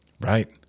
Right